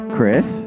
Chris